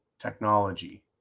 technology